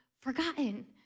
forgotten